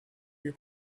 your